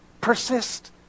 persist